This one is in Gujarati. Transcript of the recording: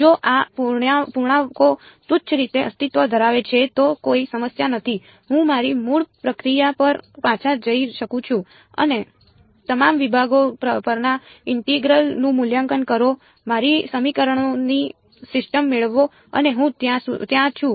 જો આ પૂર્ણાંકો તુચ્છ રીતે અસ્તિત્વ ધરાવે છે તો કોઈ સમસ્યા નથી હું મારી મૂળ પ્રક્રિયા પર પાછા જઈ શકું છું અને તમામ વિભાગો પરના ઇન્ટેગ્રલ નું મૂલ્યાંકન કરો મારી સમીકરણોની સિસ્ટમ મેળવો અને હું ત્યાં છું